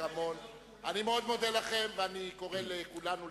אני מאוד מודה לכם, ואני קורא לכולנו לסדר.